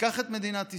ניקח את מדינת ישראל,